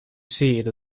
seated